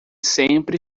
sempre